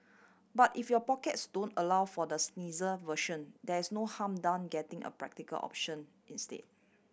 but if your pockets don't allow for the snazzier version there is no harm done getting a practical option instead